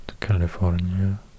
California